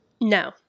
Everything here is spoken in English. No